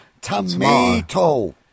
tomato